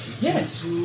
Yes